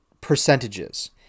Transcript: percentages